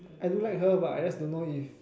I do like her but I just don't know if